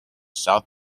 south